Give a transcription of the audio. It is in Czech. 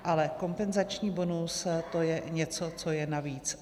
Ale kompenzační bonus, to je něco, co je navíc.